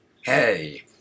Hey